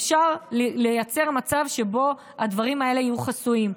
אפשר לייצר מצב שבו הדברים האלה יהיו חסויים.